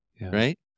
Right